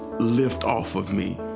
lifted off of me.